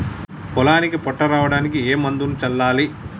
పొలానికి పొట్ట రావడానికి ఏ మందును చల్లాలి?